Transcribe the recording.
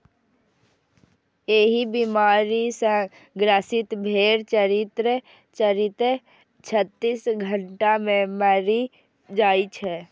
एहि बीमारी सं ग्रसित भेड़ चरिते चरिते छत्तीस घंटा मे मरि जाइ छै